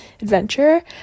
adventure